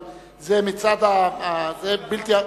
האופוזיציה עניינית.